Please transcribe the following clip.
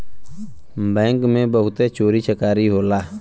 bank में बहुते चोरी चकारी होला